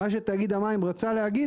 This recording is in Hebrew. מה שתאגיד המים רצה להגיד,